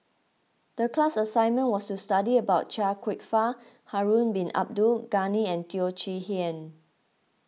the class assignment was to study about Chia Kwek Fah Harun Bin Abdul Ghani and Teo Chee Hean